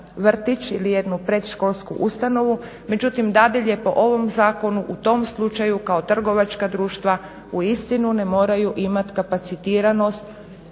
ili jednu predškolsku ustanovu. Međutim dadilje po ovom zakonu u tom slučaju kao trgovačka društva uistinu ne moraju imati kapaticiranost